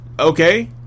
okay